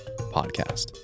podcast